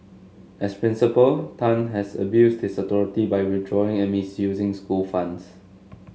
as principal Tan had abused his authority by withdrawing and misusing school funds